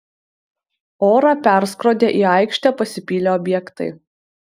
orą perskrodė į aikštę pasipylę objektai